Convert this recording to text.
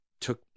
took